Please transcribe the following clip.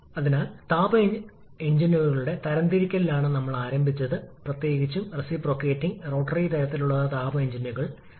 അതിനാൽ ഇന്റർകൂളിംഗ് ഇല്ലെങ്കിൽ ഇല്ല മൾട്ടിസ്റ്റേജിംഗ് അപ്പോൾ കംപ്രഷൻ ടി 1 മുതൽ ടിഎ വരെ ആയിരിക്കും